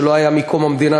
מה שלא היה מקום המדינה,